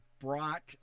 brought